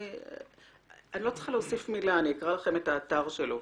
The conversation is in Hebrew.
אני לא צריכה להוסיף מילה, פשוט אקרא מן האתר שלו.